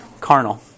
Carnal